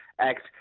Act